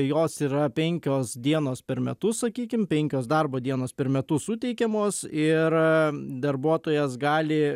jos yra penkios dienos per metus sakykim penkios darbo dienos per metus suteikiamos ir darbuotojas gali